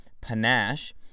Panache